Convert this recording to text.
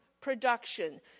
production